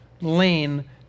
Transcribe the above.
lane